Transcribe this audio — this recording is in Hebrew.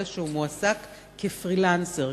אלא שהוא מועסק כפרילנסר.